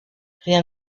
rien